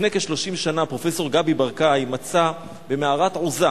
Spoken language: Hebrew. לפני כ-30 שנה פרופסור גבי ברקאי מצא במערת עוזא